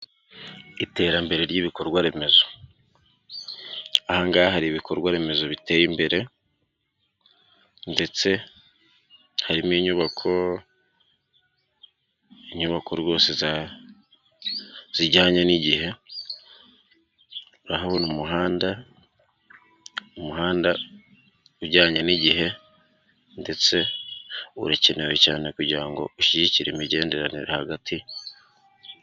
Iterambere ry'ibikorwa remezo. Aha ngaha hari ibikorwa remezo biteye imbere, ndetse harimo inyubako, inyubako rwose zijyanye n'igihe, urabona umuhanda, umuhanda ujyanye n'igihe, ndetse urakenewe cyane, kugira ngo ushyigikire imigenderanire.